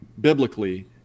biblically